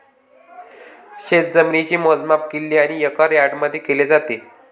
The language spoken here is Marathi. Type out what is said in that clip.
शेतजमिनीचे मोजमाप किल्ले आणि एकर यार्डमध्ये केले जाते